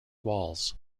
walls